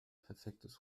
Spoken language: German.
perfektes